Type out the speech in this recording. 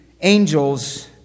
angels